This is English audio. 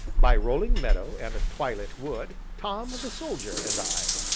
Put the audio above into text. by rolling meadow, and twilit wood, tom the soldier and i.